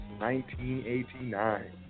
1989